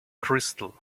crystal